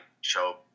show